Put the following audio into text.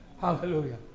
Hallelujah